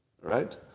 right